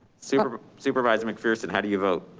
supervisor supervisor mcpherson, how do you vote?